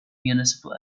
municipal